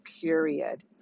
period